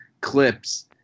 clips